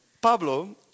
pablo